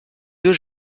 deux